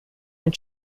and